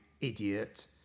idiot